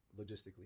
logistically